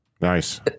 Nice